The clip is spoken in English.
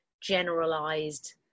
generalized